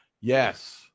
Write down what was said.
yes